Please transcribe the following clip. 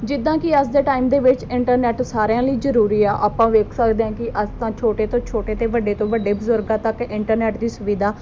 ਜਿੱਦਾਂ ਕਿ ਅੱਜ ਦੇ ਟਾਈਮ ਦੇ ਵਿੱਚ ਇੰਟਰਨੈਟ ਸਾਰਿਆਂ ਲਈ ਜ਼ਰੂਰੀ ਆ ਆਪਾਂ ਵੇਖ ਸਕਦੇ ਹਾਂ ਕਿ ਅੱਜ ਤਾਂ ਛੋਟੇ ਤੋਂ ਛੋਟੇ ਅਤੇ ਵੱਡੇ ਤੋਂ ਵੱਡੇ ਬਜ਼ੁਰਗਾਂ ਤੱਕ ਇੰਟਰਨੈਟ ਦੀ ਸੁਵਿਧਾ